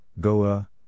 Goa